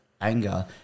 anger